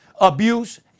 abuse